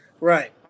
right